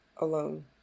alone